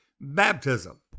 baptism